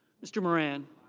mr. moran.